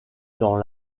dans